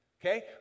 Okay